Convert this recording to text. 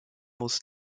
muss